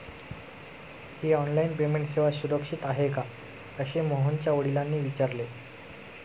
ही online payment सेवा सुरक्षित आहे का असे मोहनच्या वडिलांनी विचारले